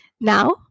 Now